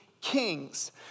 kings